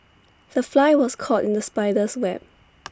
the fly was caught in the spider's web